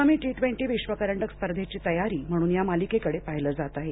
आगामी T twenty विश्वकरंडक स्पर्धेची तयारी म्हणून या मालिकेकडं पाहिलं जात आहे